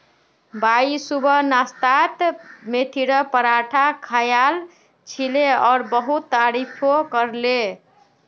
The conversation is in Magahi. वाई सुबह नाश्तात मेथीर पराठा खायाल छिले और बहुत तारीफो करले